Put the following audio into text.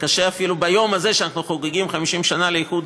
ביום הזה שאנחנו חוגגים 50 שנה לאיחוד